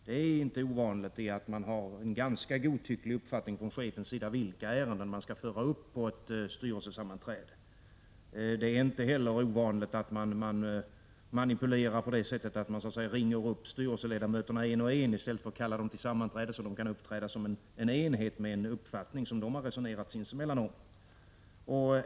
Det är inte ovanligt att det från chefens sida föreligger en ganska godtycklig uppfattning om vilka ärenden man skall föra upp på ett styrelsesammanträde. Det är inte heller ovanligt att man manipulerar genom att ringa upp styrelseledamöterna en och en, i stället för att kalla till sammanträde så att de kan uppträda som en enhet med en uppfattning som de har resonerat om sinsemellan.